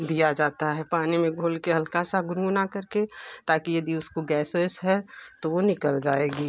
दिया जाता है पानी में घोल के हल्का सा गुनगुना करके ताकि यदि उसको गैस वैस है तो वह निकल जाएगी